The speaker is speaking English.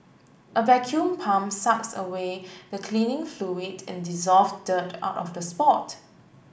a vacuum pump sucks away the cleaning fluid and dissolved dirt out of the spot